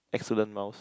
excellent mouse